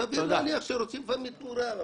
סביר להניח שרוצים גם משהו בתמורה.